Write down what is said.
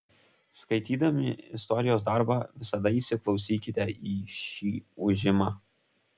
skaitydami istorijos darbą visada įsiklausykite į šį ūžimą